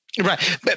Right